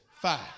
Five